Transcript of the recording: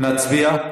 נצביע.